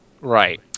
right